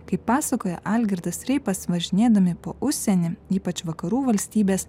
kaip pasakoja algirdas reipas važinėdami po užsienį ypač vakarų valstybes